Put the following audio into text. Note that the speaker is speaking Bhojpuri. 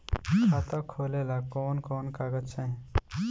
खाता खोलेला कवन कवन कागज चाहीं?